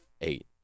eight